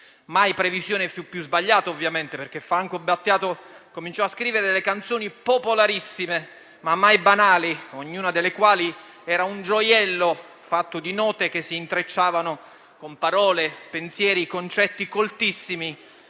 Mai previsione fu più sbagliata, ovviamente, perché Franco Battiato cominciò a scrivere delle canzoni popolarissime, ma mai banali, ognuna delle quali era un gioiello fatto di note che si intrecciavano con parole, pensieri e concetti coltissimi,